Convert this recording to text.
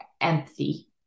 empathy